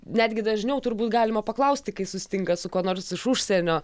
netgi dažniau turbūt galima paklausti kai susitinka su kuo nors iš užsienio